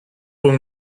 will